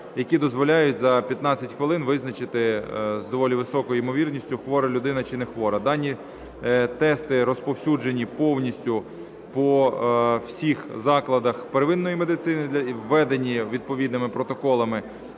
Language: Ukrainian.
які дозволяють за 15 хвилин визначити з доволі високою ймовірністю хвора людина чи не хвора. Дані тести розповсюджені повністю по всіх закладах первинної медицини, введенні відповідними протоколами